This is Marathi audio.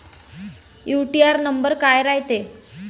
यू.टी.आर नंबर काय रायते?